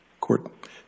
Court